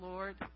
Lord